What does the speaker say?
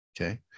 Okay